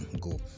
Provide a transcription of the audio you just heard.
go